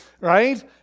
right